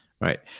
right